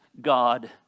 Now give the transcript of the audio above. God